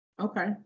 Okay